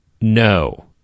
No